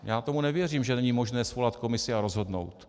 Já tomu nevěřím, že není možné svolat komisi a rozhodnout.